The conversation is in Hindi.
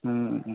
हम्म